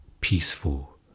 peaceful